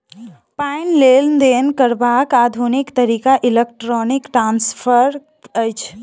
पाइक लेन देन करबाक आधुनिक तरीका इलेक्ट्रौनिक ट्रांस्फर अछि